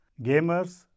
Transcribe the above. gamers